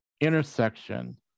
intersection